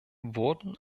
wurden